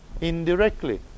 indirectly